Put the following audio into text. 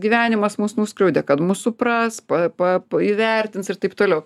gyvenimas mus nuskriaudė kad mus supras pa pa įvertins ir taip toliau